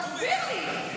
תסביר לי.